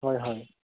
হয় হয়